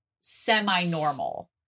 semi-normal